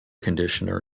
conditioner